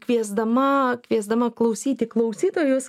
kviesdama kviesdama klausyti klausytojus